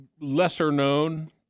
lesser-known